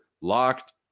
LOCKED